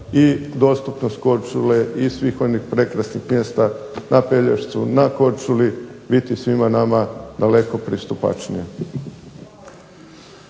i dostupnost Korčule i svih onih prekrasnih mjesta na Pelješcu, na Korčuli biti svima nama daleko pristupačnija.